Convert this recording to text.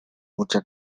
mucha